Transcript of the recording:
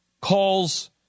Calls